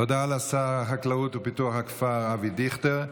תודה לשר החקלאות ופיתוח הכפר אבי דיכטר.